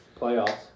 Playoffs